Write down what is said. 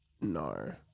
no